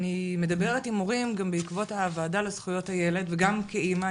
אני מדברת עם הורים גם בעקבות הוועדה לזכויות הילד וגם כאמא,